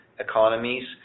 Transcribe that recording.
economies